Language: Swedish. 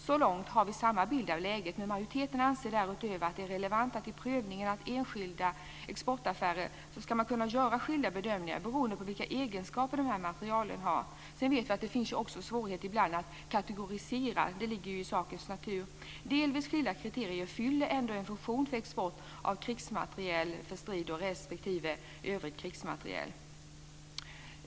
Så långt har vi samma bild av läget, men majoriteten anser därutöver att det är relevant att man i prövningen av enskilda exportaffärer ska kunna göra skilda bedömningar beroende på vilka egenskaper materielen har. Sedan vet jag också att det ibland finns svårigheter att kategorisera. Det ligger ju i sakens natur. Delvis skilda kriterier fyller ändå en funktion för export av krigsmateriel för strid respektive övrig krigsmateriel.